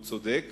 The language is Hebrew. והוא צודק